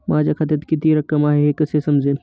माझ्या खात्यात किती रक्कम आहे हे कसे समजेल?